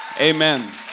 Amen